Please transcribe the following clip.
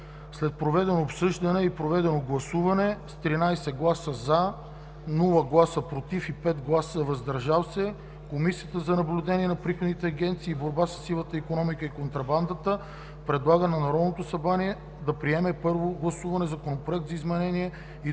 След направеното обсъждане и проведеното гласуване с 13 гласа „за“, без „против“ и 5 „въздържали се“ Комисията за наблюдение на приходните агенции и борба със сивата икономика и контрабандата предлага на Народното събрание да приеме на първо гласуване Законопроект за изменение и